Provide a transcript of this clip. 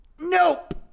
Nope